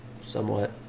somewhat